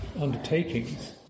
undertakings